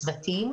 צוותים,